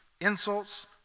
insults